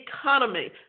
economy